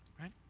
Right